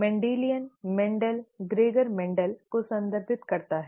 Mendelian Mendel Gregor Mendel को संदर्भित करता है